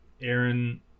Aaron